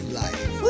life